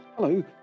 Hello